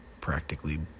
practically